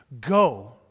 go